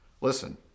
Listen